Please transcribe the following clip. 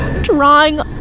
drawing